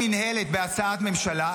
הקמה של מינהלת בהצעת ממשלה,